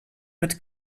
mit